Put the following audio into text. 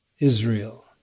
Israel